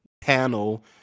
panel